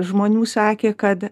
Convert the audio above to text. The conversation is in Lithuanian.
žmonių sakė kad